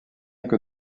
que